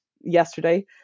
yesterday